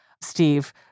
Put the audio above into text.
Steve